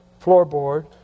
floorboard